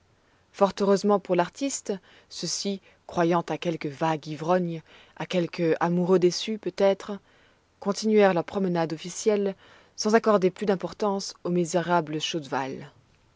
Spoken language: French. fort heureusement pour l'artiste ceux-ci croyant à quelque vague ivrogne à quelque amoureux déçu peut-être continuèrent leur promenade officielle sans accorder plus d'importance au misérable chaudval